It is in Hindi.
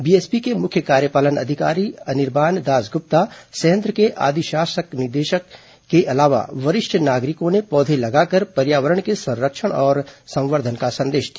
बीएसपी के मुख्य कार्यपालन अधिकारी अनिर्बान दासगृप्ता संयंत्र के आदिशासी निदेशक के अलावा वरिष्ठ नागरिकों ने पौधे लगाकर पर्यावरण के संरक्षण और संवर्धन का संदेश दिया